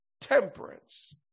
temperance